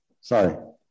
Sorry